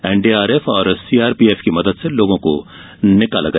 NDRF और CRPF की मदद से लोगों को निकाला गया